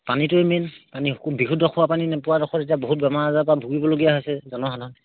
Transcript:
পানীটোৱে মেইন পানী বিশুদ্ধ খোৱা পানী নোপোৱা দুখত এতিয়া বহুত বেমাৰ আজাৰপৰা ভুগিবলগীয়া হৈছে জনসাধাৰণ